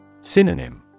Synonym